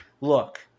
look